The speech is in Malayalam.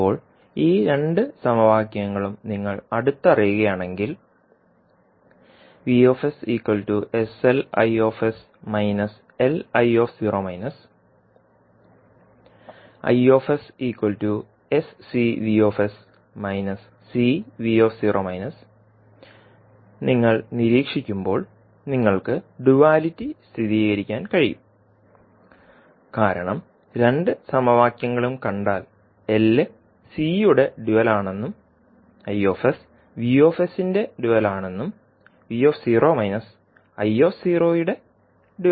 ഇപ്പോൾ ഈ രണ്ട് സമവാക്യങ്ങളും നിങ്ങൾ അടുത്തറിയുകയാണെങ്കിൽ നിങ്ങൾ നിരീക്ഷിക്കുമ്പോൾ നിങ്ങൾക്ക് ഡ്യുവലിറ്റി സ്ഥിരീകരിക്കാൻ കഴിയും കാരണം രണ്ട് സമവാക്യങ്ങളും കണ്ടാൽ L C യുടെ ഡ്യുവൽ ആണെന്നും I V ന്റെ ഡ്യുവൽ ആണെന്നും ഡ്യുവൽ ആണെന്നും